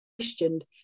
questioned